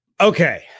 okay